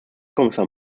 kommissar